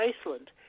Iceland